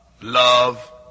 love